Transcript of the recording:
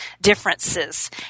differences